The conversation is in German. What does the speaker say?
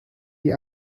die